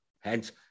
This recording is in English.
hence